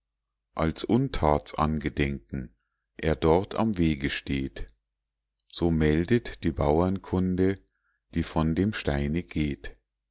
als untatsangedenken er dort am wege steht so meldet die bauernkunde die von dem steine geht